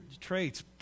traits